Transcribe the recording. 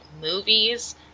movies